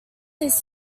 his